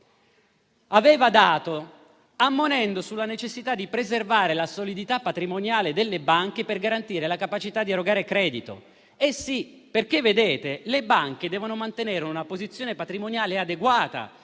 aveva dato, ammonendo sulla necessità di preservare la solidità patrimoniale delle banche per garantire la capacità di erogare credito. Eh sì, perché le banche devono mantenere una posizione patrimoniale adeguata